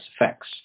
effects